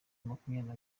makumyabiri